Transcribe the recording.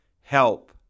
Help